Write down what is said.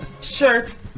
Shirts